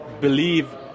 believe